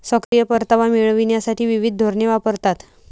सक्रिय परतावा मिळविण्यासाठी विविध धोरणे वापरतात